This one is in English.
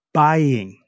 buying